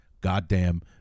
goddamn